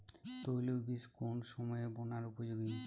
তৈলবীজ কোন সময়ে বোনার উপযোগী?